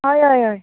हय हय हय